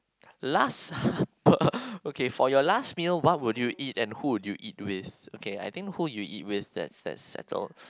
last per~ okay for your last meal what would you eat and who would you east with okay I think who you'll eat with that's that's settled